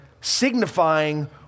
signifying